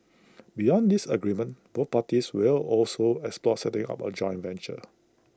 beyond this agreement both parties will also explore setting up A joint venture